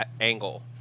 angle